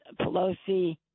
Pelosi